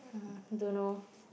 uh don't know